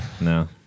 no